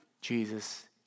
Jesus